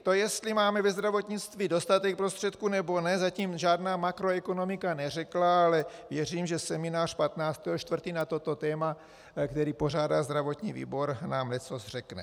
To, jestli máme ve zdravotnictví dostatek prostředků, nebo ne, zatím žádná makroekonomika neřekla, ale věřím, že seminář 15. 4. na toto téma, který pořádá zdravotní výbor, nám leccos řekne.